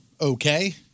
Okay